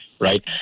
right